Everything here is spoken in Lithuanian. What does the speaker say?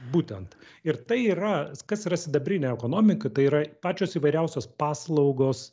būtent ir tai yra kas yra sidabrinė ekonomika tai yra pačios įvairiausios paslaugos